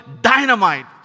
dynamite